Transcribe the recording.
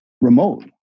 Remote